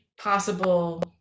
possible